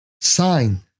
Sign